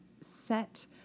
set